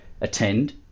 attend